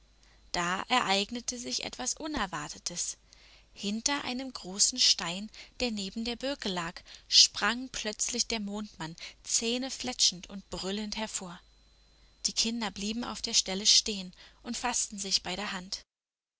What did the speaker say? da ereignete sich etwas unerwartetes hinter einem großen stein der neben der birke lag sprang plötzlich der mondmann zähnefletschend und brüllend hervor die kinder blieben auf der stelle stehen und faßten sich bei der hand